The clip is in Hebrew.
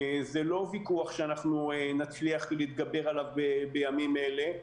זה לא ויכוח שנצליח להתגבר עליו בימים אלה.